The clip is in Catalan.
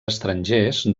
estrangers